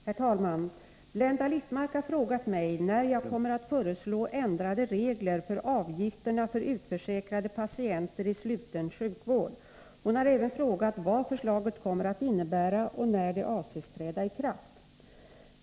Herr talman! Blenda Littmarck har frågat mig när jag kommer att föreslå ändrade regler för avgifterna för utförsäkrade patienter i sluten sjukvård. Hon har även frågat vad förslaget kommer att innebära och när det avses träda i kraft.